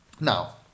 Now